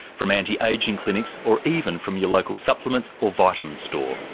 from anti-ageing clinics or even from your local supplements or vitamins store.